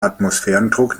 atmosphärendruck